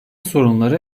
sorunları